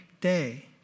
day